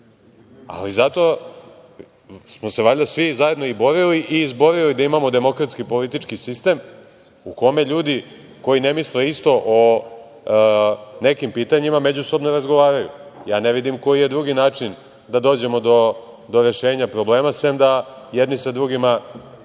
Ali, zato smo se valjda svi zajedno i borili i izborili da imamo demokratski i politički sistem u kome ljudi koji ne misle isto o nekim pitanjima međusobno razgovaraju. Ja ne vidim koji je drugi način da dođemo do rešenja problema, sem da jedni sa drugima